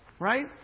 right